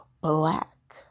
black